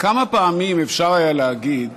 כמה פעמים אפשר היה להגיד